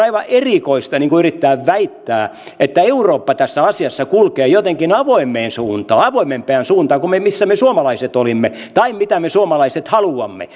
aivan erikoista yrittää väittää että eurooppa tässä asiassa kulkee jotenkin avoimeen suuntaan avoimempaan suuntaan kuin missä me suomalaiset olimme tai mitä me suomalaiset haluamme